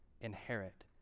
inherit